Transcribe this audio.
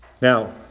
Now